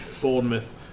Bournemouth